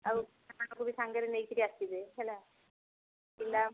ଆଉ ପିଲାମାନଙ୍କୁ ବି ସାଙ୍ଗରେ ନେଇକରି ଆସିବେ ହେଲା ପିଲା